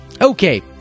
okay